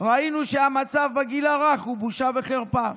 וראינו שהמצב בגיל הרך הוא בושה וחרפה,